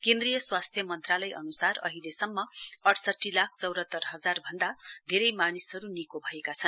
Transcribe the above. केन्द्रीय स्वास्थ्य मन्त्रालय अनुसार अहिलेसम्म अडसठी लाख चौतात्तर हजार भन्दा धेरै मानिसहरू निको भएका छन्